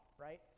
right